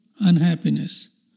unhappiness